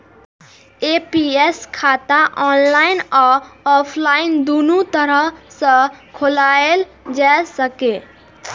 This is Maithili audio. एन.पी.एस खाता ऑनलाइन आ ऑफलाइन, दुनू तरह सं खोलाएल जा सकैए